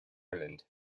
island